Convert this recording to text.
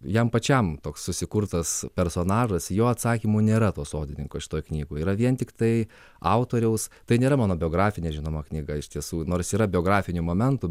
jam pačiam toks susikurtas personažas jo atsakymo nėra to sodininko šitoj knygoj yra vien tiktai autoriaus tai nėra mano biografinė žinoma knyga iš tiesų nors yra biografinių momentų